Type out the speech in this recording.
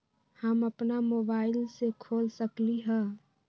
हम अपना मोबाइल से खोल सकली ह?